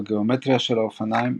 בגאומטריה של האופניים,